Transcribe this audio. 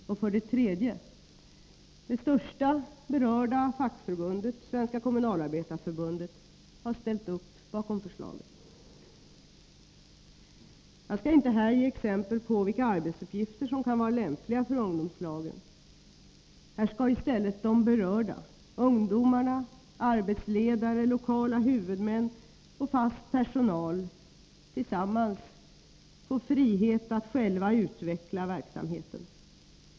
Det tredje skälet är att det största berörda fackförbundet, Svenska kommunalarbetareförbundet, har ställt upp bakom förslaget. Jag skall inte här ge exempel på vilka arbetsuppgifter som kan vara lämpliga för ungdomslagen. I stället skall de berörda — ungdomarna, arbetsledare, lokala huvudmän och fast personal — tillsammans få frihet att själva utveckla verksamheten.